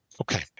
Okay